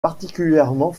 particulièrement